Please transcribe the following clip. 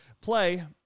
play